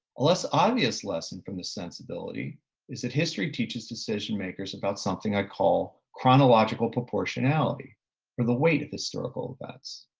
less obvious lesson from the sensibility is that history teaches decision-makers about something i call chronological proportionality or the weight of historical events.